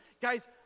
Guys